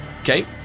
Okay